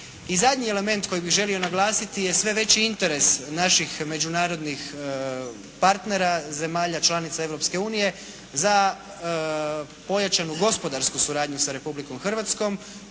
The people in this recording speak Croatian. I zadnji element kojeg bih želio naglasiti je sve veći interes naših međunarodnih partnera, zemalja članica Europske unije za pojačanu gospodarsku suradnju sa Republikom Hrvatskom,